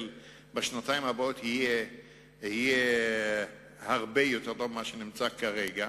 בשנתיים הבאות יהיה הרבה יותר טוב מזה שכרגע,